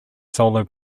solo